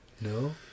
No